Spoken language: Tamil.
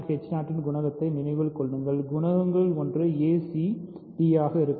Cd இன் குணகத்தை நினைவில் கொள்ளுங்கள் குணகங்களில் ஒன்று ac d ஆக இருக்கும்